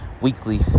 weekly